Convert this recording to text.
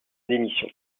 démission